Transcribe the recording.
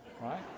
right